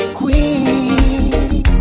queen